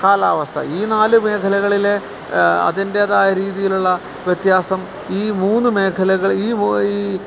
കാലാവസ്ഥ ഈ നാലു മേഖലകളില് അതിൻറ്റേതായ രീതിയിലുള്ള വ്യത്യാസം ഈ മൂന്ന് മേഖലകളിൽ ഈ